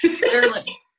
Clearly